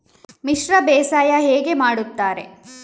ಮಿಶ್ರ ಬೇಸಾಯ ಹೇಗೆ ಮಾಡುತ್ತಾರೆ?